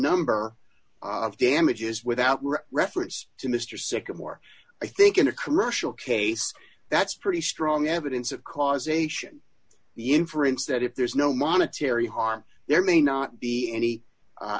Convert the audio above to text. number of damages without reference to mr sycamore i think in a commercial case that's pretty strong evidence of causation the inference that if there's no monetary harm there may not be any